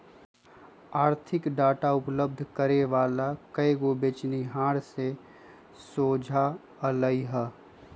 आर्थिक डाटा उपलब्ध करे वला कएगो बेचनिहार से सोझा अलई ह